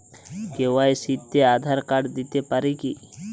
KYC তে Aadhaar card দিতে পারি কি?